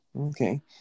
Okay